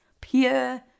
pure